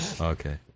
okay